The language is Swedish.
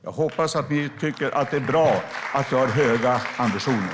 Jag hoppas att ni tycker att det är bra att vi har höga ambitioner.